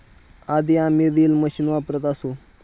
आधी आम्ही reel machine वापरत असू